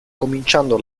cominciando